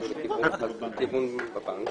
ככל שלא נעשה דברים מיוחדים,